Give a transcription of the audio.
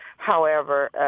however,